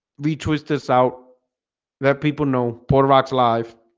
lee twist this out let people know botox life